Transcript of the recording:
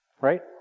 right